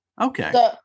Okay